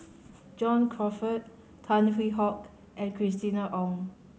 John Crawfurd Tan Hwee Hock and Christina Ong